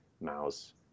mouse